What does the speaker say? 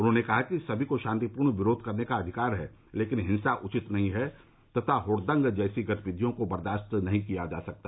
उन्होंने कहा कि सभी को शांतिपूर्ण विरोध करने का अधिकार है लेकिन हिंसा उचित नहीं है तथा हड़दंग जैसी गतिविधियों को बर्दाश्त नहीं किया जा सकता